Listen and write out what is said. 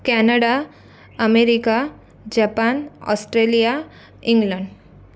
Canada America Japan Australia England